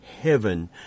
heaven